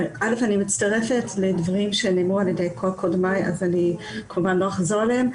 אני מצטרפת לדברים שנאמרו על ידי קודמיי וכמובן לא אחזור עליהם.